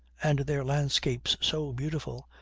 and their landscapes so beautiful,